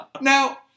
Now